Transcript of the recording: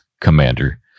Commander